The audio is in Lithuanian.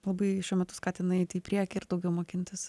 labai šiuo metu skatina eiti į priekį ir daugiau mokintis